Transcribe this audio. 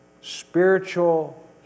spiritual